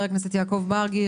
יעקב מרגי,